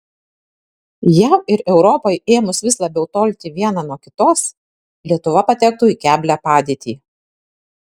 jav ir europai ėmus vis labiau tolti viena nuo kitos lietuva patektų į keblią padėtį